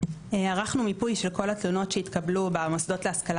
ערכנו מיפוי של כל התלונות שהתקבלו במוסדות להשכלה